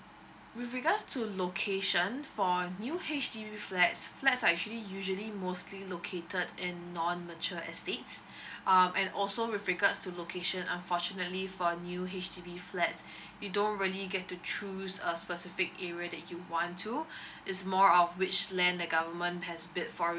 with regards to location for new H_D_B flats flats are actually usually mostly located in non mature estates um and also with regards to location unfortunately for new H_D_B flats you don't really get to choose a specific area that you want to it's more of which land the government has bid for you